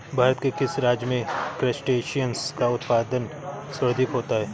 भारत के किस राज्य में क्रस्टेशियंस का उत्पादन सर्वाधिक होता है?